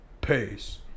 Peace